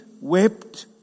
wept